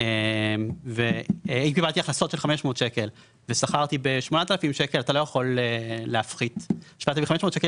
₪ ושכרת ב-8,000 ₪- אתה לא יכול להפחית 7,500 ₪